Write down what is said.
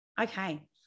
Okay